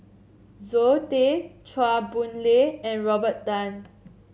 Zoe Tay Chua Boon Lay and Robert Tan